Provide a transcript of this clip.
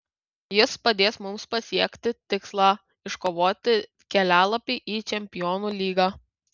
jis padės mums pasiekti tikslą iškovoti kelialapį į čempionų lygą